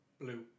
Blue